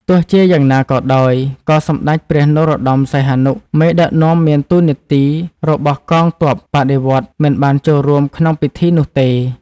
ទោះជាយ៉ាងណាក៏ដោយ ក៏ សម្តេចព្រះនរោត្តម សីហនុ មេដឹកនាំមានតួនាទីរបស់កងទ័ពបដិវត្តន៍មិនបានចូលរួមក្នុងពិធីនោះទេ។